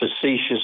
facetious